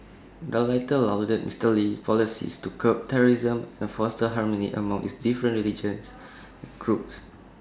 the latter lauded Mister Lee's policies to curb terrorism and foster harmony among its different religious groups